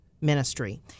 ministry